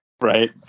Right